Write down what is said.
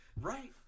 Right